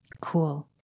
Cool